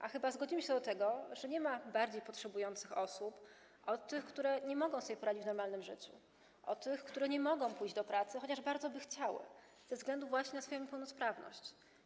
A chyba zgodzimy się co do tego, że nie ma bardziej potrzebujących osób od tych, które nie mogą sobie poradzić w normalnym życiu, od tych, które nie mogą pójść do pracy, chociaż bardzo by chciały, ze względu właśnie na swoją niepełnosprawność.